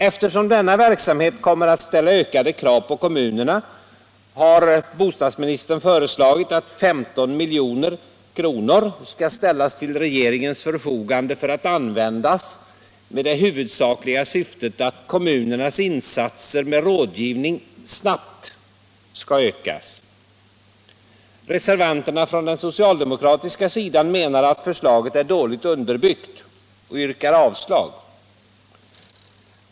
Eftersom denna verksamhet kommer att ställa ökade krav på kommunerna har bostadsministern föreslagit att 15 milj.kr. skall ställas till regeringens förfogande för att användas nied det huvudsakliga syftet att kommunernas insatser med rådgivning snabbt skall ökas. Reservanterna på den socialdemokratiska sidan menar att förslaget är dåligt underbyggt och yrkar avslag på det.